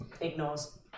Ignores